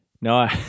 no